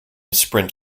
sprint